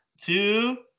two